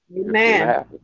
Amen